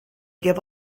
give